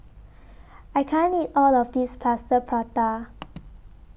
I can't eat All of This Plaster Prata